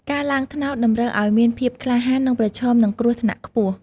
ការឡើងត្នោតតម្រូវឲ្យមានភាពក្លាហាន និងប្រឈមនឹងគ្រោះថ្នាក់ខ្ពស់។